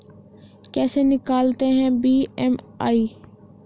कैसे निकालते हैं बी.एम.आई?